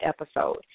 episode